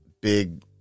big